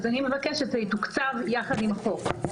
אז אני מבקשת שזה יתוקצב יחד עם החוק.